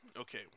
Okay